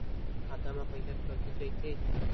खाता मा पईसा सुरक्षित राइथे?